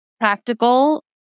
Practical